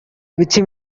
which